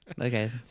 Okay